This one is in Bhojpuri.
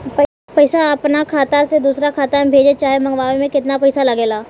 पैसा अपना खाता से दोसरा खाता मे भेजे चाहे मंगवावे में केतना पैसा लागेला?